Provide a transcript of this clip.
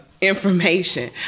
information